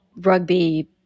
rugby